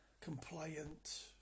compliant